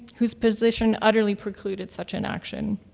whose position utterly precluded such an action.